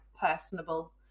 personable